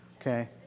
okay